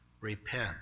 repent